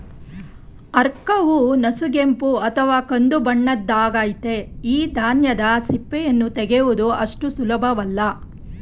ಆರ್ಕವು ನಸುಗೆಂಪು ಅಥವಾ ಕಂದುಬಣ್ಣದ್ದಾಗಯ್ತೆ ಈ ಧಾನ್ಯದ ಸಿಪ್ಪೆಯನ್ನು ತೆಗೆಯುವುದು ಅಷ್ಟು ಸುಲಭವಲ್ಲ